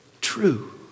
true